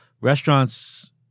restaurants